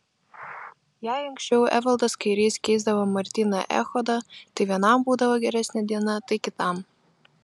jei anksčiau evaldas kairys keisdavo martyną echodą tai vienam būdavo geresnė diena tai kitam